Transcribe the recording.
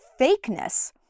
fakeness